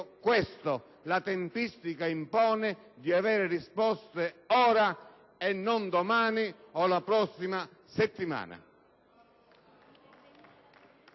questo e la tempistica impone di ottenere risposte ora e non domani o la prossima settimana.